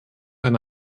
eine